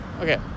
okay